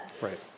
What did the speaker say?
Right